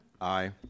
Aye